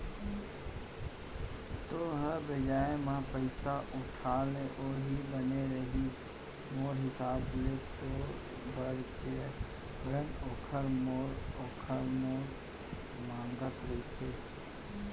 तेंहा बियाज म पइसा उठा ले उहीं बने रइही मोर हिसाब ले तोर बर जबरन ओखर मेर ओखर मेर मांगत रहिथस